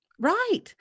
Right